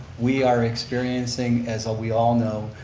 we are experiencing, as ah we all know,